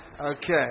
okay